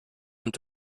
und